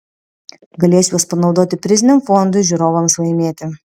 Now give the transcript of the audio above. galės juos panaudoti priziniam fondui žiūrovams laimėti